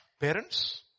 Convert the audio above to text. parents